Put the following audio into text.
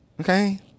Okay